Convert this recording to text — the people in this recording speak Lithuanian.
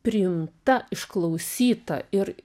priimta išklausyta ir